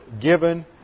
given